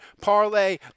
parlay